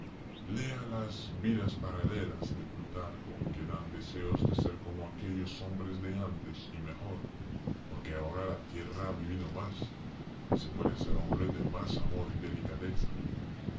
lea las vidas paralelas de plutarco que dan deseos de ser como aquellos hombres de antes y mejor porque ahora la tierra ha vivido más y se puede ser hombre de más amor y delicadeza